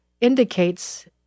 indicates